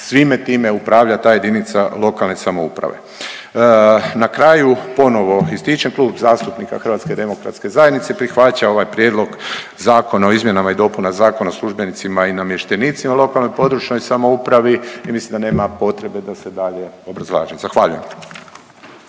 svime time upravlja ta jedinica lokalne samouprave. Na kraju ponovo ističem Klub zastupnika HDZ-a prihvaća ovaj Prijedlog zakona o izmjenama i dopuna Zakona o službenicima i namještenicima u lokalnoj i područnoj samoupravi i mislim da nema potrebe da se dalje obrazlaže. Zahvaljujem.